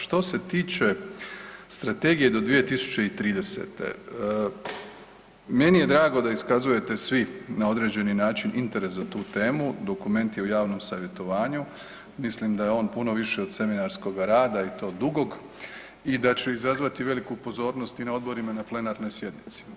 Što se tiče strategije do 2030. meni je drago da iskazujete svi na određeni način interes za tu temu, dokument je u javnom savjetovanju, mislim da je on puno više od seminarskoga rada i to dugog i da će izazvati veliku pozornost i na odborima i na plenarnoj sjednici.